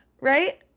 right